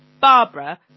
Barbara